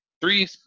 three